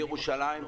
בירושלים,